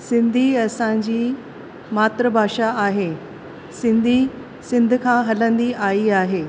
सिंधी असांजी मातृ भाषा आहे सिंधी सिंध खां हलंदी आई आहे